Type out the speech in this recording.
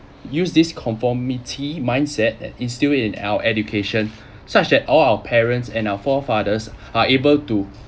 used this conformity mindset and instill in our education such as all our parents and our forefathers are able to